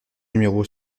numéro